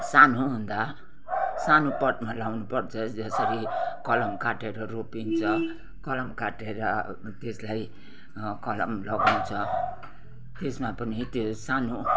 सानो हुँदा सानो पटमा लाउनुपर्छ जसरी कलम काटेर रोपिन्छ कलम काटेर त्यसलाई कलम लगाउँछ त्यसमा पनि त्यो सानो